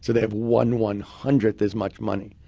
they have one one hundred as much money.